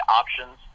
options